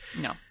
No